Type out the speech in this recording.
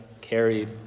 carried